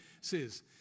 says